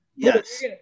Yes